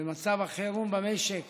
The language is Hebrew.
ומצב החירום במשק